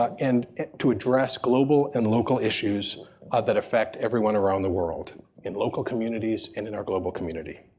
and to address global and local issues that affect everyone around the world in local communities and in our global community.